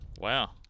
Wow